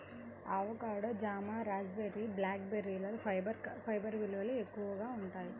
avocado, జామ, raspberry, black బెర్రీలలో fibre విలువలు ఎక్కువగా ఉంటాయి